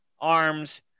arms